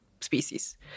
species